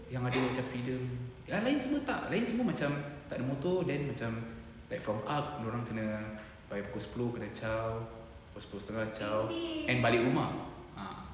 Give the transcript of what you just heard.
yang macam freedom yang lain semua tak lain semua macam tak ada motor then macam like from up dorang kena by pukul sepuluh kena chao pukul sepuluh setengah chao and balik rumah ah